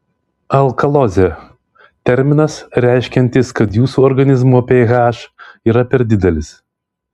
alkalozė terminas reiškiantis kad jūsų organizmo ph yra per didelis